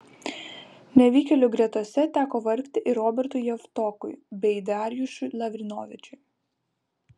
nevykėlių gretose teko vargti ir robertui javtokui bei darjušui lavrinovičiui